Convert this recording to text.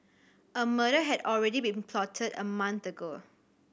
a murder had already been plotted a month ago